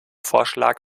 vorschlag